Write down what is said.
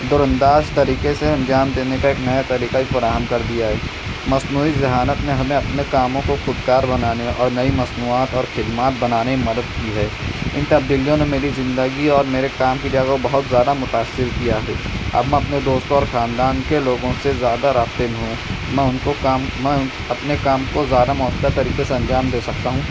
دورانداز طریقے سے انجام دینے کا ایک نیا طریقہ فراہم کر دیا ہے مصنوعی ذہانت نے ہمیں اپنے کاموں کو خوددار بنانے اور نئی مصنوعات اور خدمات بنانے میں مدد کی ہے ان تبدیلیوں نے میری زندگی اور میرے کام کی جگہ بہت زیادہ متاثر کیا ہے اب میں اپنے دوستوں اور خاندان کے لوگوں سے زیادہ رابطے میں ہوں میں ان کو کام میں اپنے کام کو زیادہ موثر طریقے سے انجام دے سکتا ہوں